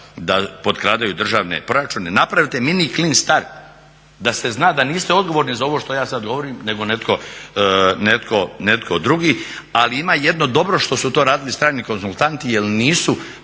da potkradaju državne proračune. Napravite mini clean start da se zna da niste odgovorni za ovo što ja sada govorim nego netko drugi. Ali ima jedno dobro što su radili strani konzultanti jel nisu